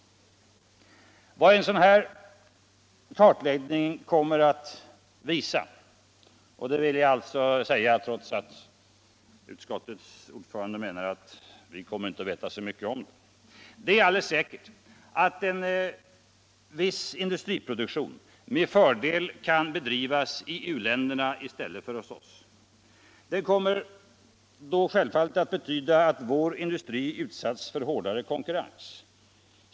Vad cen sådan kartläggning kommer att visa fram emot är — det vill jag säga trots att utskottets ordförande menade att vi inte vet så mycket om det — att viss industriproduktion med fördel kan bedrivas i u-länderna i stället för hos oss. Det betyder i sin tur självklart att vår industri utsätts för hårdare konkurrens.